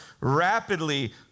rapidly